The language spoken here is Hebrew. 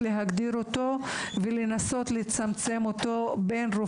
לנסות לצמצם אותו.